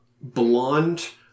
blonde